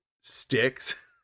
sticks